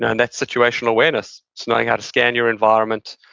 and that's situational awareness. it's knowing how to scan your environment,